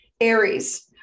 Aries